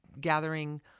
gathering